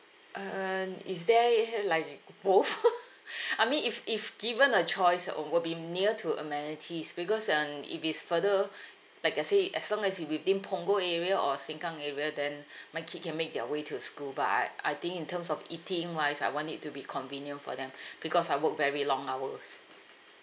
uh um is there like both I mean if if given a choice um we'll be near to amenities because um if it's further like I say as long as it within punggol area or sengkang area then my kid can make their way to the school but I I think in terms of eating wise I want it to be convenient for them because I work very long hours